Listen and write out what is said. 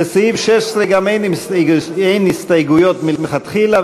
לסעיף 16 אין הסתייגויות מלכתחילה,